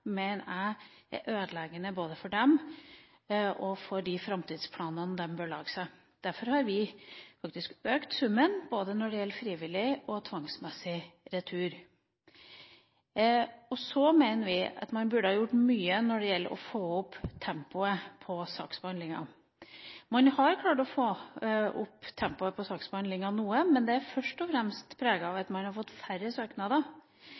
mener jeg er ødeleggende både for dem og for de framtidsplanene de bør lage seg. Derfor har vi økt summen når det gjelder både frivillig og tvangsmessig retur. Og så mener vi at man burde ha gjort mye når det gjelder å få opp tempoet på saksbehandlinga. Man har klart å få opp tempoet på saksbehandlinga noe, men det er først og fremst på grunn av at man har fått færre søknader.